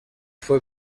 fue